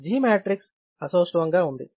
G matrix అసౌష్ఠవం గా ఉంది